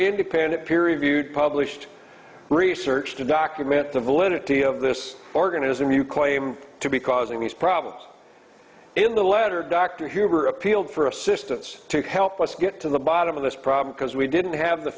independent peer reviewed published research to document the validity of this organism you claim to be causing these problems in the letter dr huber appealed for assistance to help us get to the bottom of this problem because we didn't have the